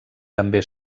també